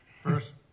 First